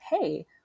Hey